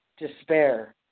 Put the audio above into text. Despair